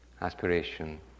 aspiration